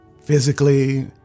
Physically